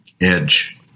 edge